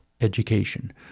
education